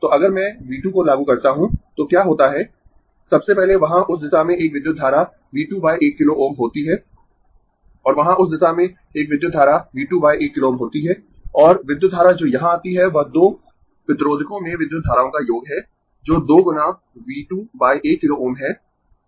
तो अगर मैं V 2 को लागू करता हूं तो क्या होता है सबसे पहले वहां उस दिशा में एक विद्युत धारा V 21 किलो Ω होती है और वहां उस दिशा में एक विद्युत धारा V 21 किलो Ω होती है और विद्युत धारा जो यहाँ आती है वह 2 प्रतिरोधकों में विद्युत धाराओं का योग है जो 2 गुना V 21 किलो Ω है